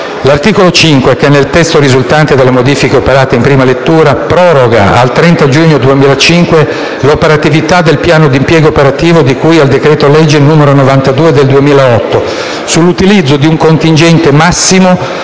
L'articolo 5, nel testo risultante dalle modifiche operate in prima lettura, proroga al 30 giugno 2015 l'operatività del piano di impiego operativo di cui al decreto-legge n. 92 del 2008 sull'utilizzo di un contingente massimo